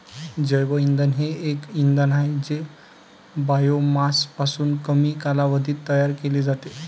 जैवइंधन हे एक इंधन आहे जे बायोमासपासून कमी कालावधीत तयार केले जाते